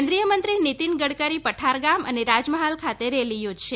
કેન્દ્રિય મંત્રી નીતિન ગડકરી પઠારગામ અને રાજમહાલ ખાતે રેલી યોજશે